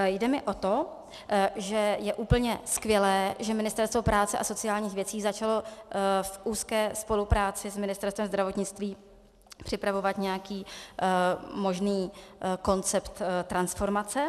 Jde mi o to, že je úplně skvělé, že Ministerstvo práce a sociálních věcí začalo v úzké spolupráci s Ministerstvem zdravotnictví připravovat nějaký možný koncept transformace.